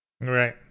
Right